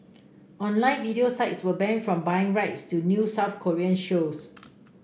online video sites were banned from buying rights to new South Korean shows